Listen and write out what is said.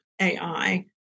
AI